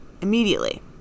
immediately